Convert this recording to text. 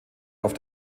auf